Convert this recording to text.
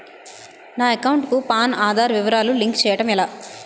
నా అకౌంట్ కు పాన్, ఆధార్ వివరాలు లింక్ చేయటం ఎలా?